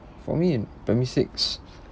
for me in primary six